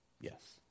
Yes